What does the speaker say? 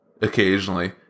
occasionally